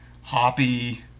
hoppy